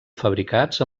fabricats